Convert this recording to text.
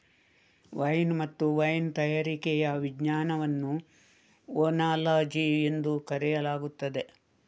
wine ಮತ್ತು wine ತಯಾರಿಕೆಯ ವಿಜ್ಞಾನವನ್ನು ಓನಾಲಜಿ ಎಂದು ಕರೆಯಲಾಗುತ್ತದೆ